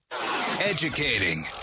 Educating